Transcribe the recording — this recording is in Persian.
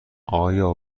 آیا